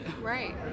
Right